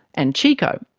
and chiko.